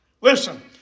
Listen